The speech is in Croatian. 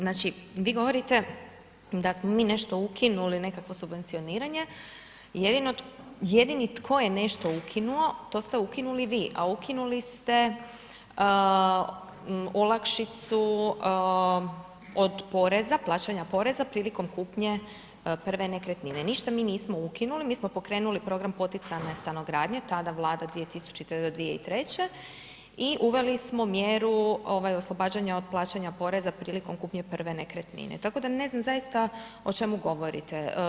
Znači, vi govorite da smo mi nešto ukinuli, nekakvo subvencioniranje, jedini tko je nešto ukinuo to ste ukinuli vi, a ukinuli ste olakšicu od poreza, plaćanja poreza prilikom kupnje prve nekretnine, ništa mi nismo ukinuli, mi smo pokrenuli program poticajne stanogradnje, tada Vlada 2000. do 2003. i uveli smo mjeru oslobađanja od plaćanja poreza prilikom kupnje prve nekretnine, tako da ne znam zaista o čemu govorite.